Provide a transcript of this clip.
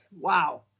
wow